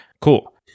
Cool